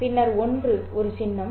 பின்னர் 1 ஒரு சின்னம்